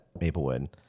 Maplewood